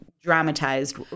dramatized